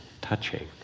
touching